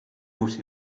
uusi